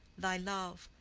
thy love,